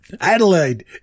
Adelaide